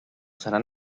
seran